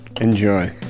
Enjoy